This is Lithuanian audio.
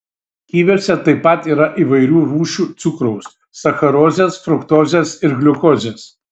kiviuose taip pat yra įvairių rūšių cukraus sacharozės fruktozės ir gliukozės